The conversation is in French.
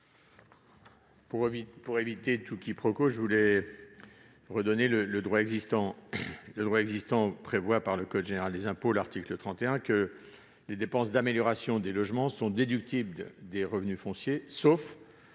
Pour éviter tout quiproquo, je veux rappeler le droit existant. L'article 31 du code général des impôts prévoit que les dépenses d'amélioration des logements sont déductibles des revenus fonciers, sauf